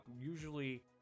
usually